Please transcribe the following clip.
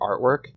artwork